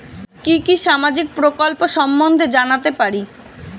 কি কি সামাজিক প্রকল্প সম্বন্ধে জানাতে পারি?